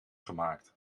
gemaakt